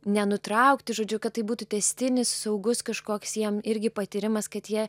nenutraukti žodžiu kad tai būtų tęstinis saugus kažkoks jiems irgi patyrimas kad jie